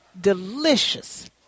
Delicious